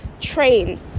train